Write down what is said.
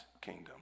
kingdom